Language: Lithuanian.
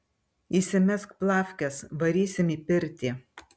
įsimesk plafkes varysim į pirtį